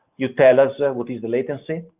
you tell us what is the latency,